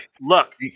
Look